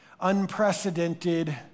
unprecedented